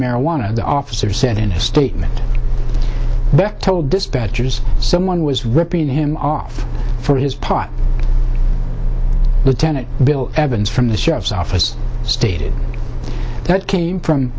marijuana the officer said in a statement that told dispatchers someone was ripping him off for his part lieutenant bill evans from the sheriff's office stated that came from